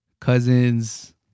Cousins